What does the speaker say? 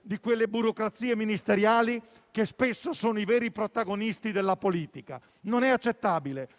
di quelle burocrazie ministeriali che spesso sono le vere protagoniste della politica. Non è accettabile